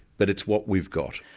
but it's what we've got.